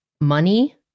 money